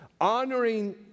honoring